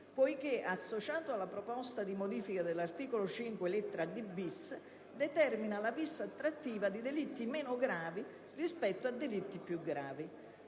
penale. Associato alla proposta di modifica dell'articolo 5, lettera d-*bis*), determina infatti la *vis* attrattiva di delitti meno gravi rispetto a delitti più gravi.